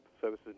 services